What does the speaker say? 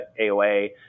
AOA